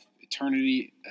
eternity